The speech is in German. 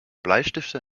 bleistifte